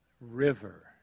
river